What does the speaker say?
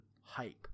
hype